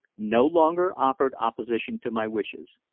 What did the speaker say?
no longer offered opposition to my wishes.